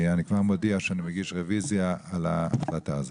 אני כבר מודיע שאני מגיש רוויזיה על ההחלטה הזאת.